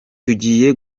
tugiye